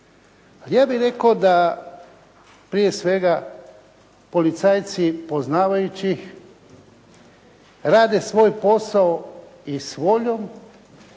Ja bih rekao da prije svega policajci poznavajući ih rade svoj posao i s voljom